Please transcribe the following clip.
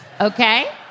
Okay